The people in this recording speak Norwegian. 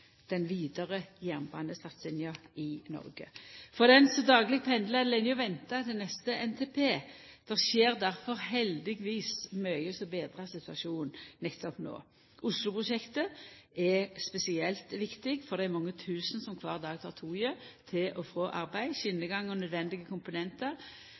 den vidare jernbanesatsinga i Noreg. For den som dagleg pendlar, er det lenge å venta til neste NTP. Det skjer difor heldigvis mykje som betrar situasjonen nettopp no. Oslo-prosjektet er spesielt viktig for dei mange tusen som kvar dag tek toget til og frå arbeid. Skjenegangen og nødvendige komponentar